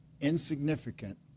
Insignificant